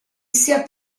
sia